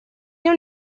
non